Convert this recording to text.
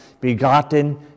begotten